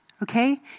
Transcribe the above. Okay